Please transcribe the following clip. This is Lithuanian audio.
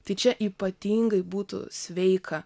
tai čia ypatingai būtų sveika